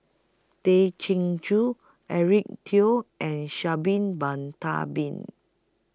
Tay Chin Joo Eric Teo and Sha Bin Bon Tabin